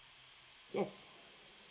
yes